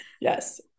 Yes